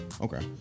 Okay